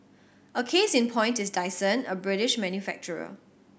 a case in point is Dyson a British manufacturer